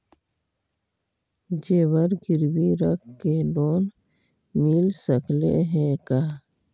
जेबर गिरबी रख के लोन मिल सकले हे का?